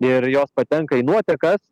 ir jos patenka į nuotekas